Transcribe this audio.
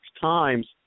Times